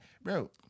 bro